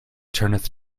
turneth